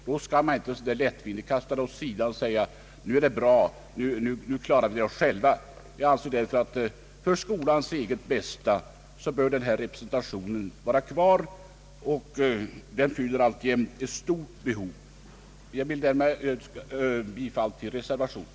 Då skall man inte så här lättvindigt kasta denna representation åt sidan. För skolans eget bästa bör denna representation få finnas kvar. Den fyller alltjämt ett stort behov. Med detta vill jag yrka bifall till reservationen.